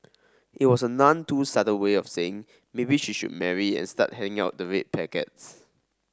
it was a none too subtle way of saying maybe she would marry and start handing out the red packets